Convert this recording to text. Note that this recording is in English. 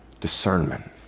Discernment